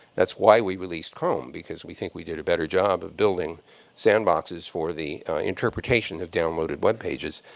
that's why we released chrome, because we think we did a better job of building sandboxes for the interpretation of downloaded web pages.